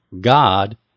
God